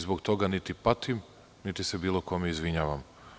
Zbog toga niti patim niti se bilo kome izvinjavam.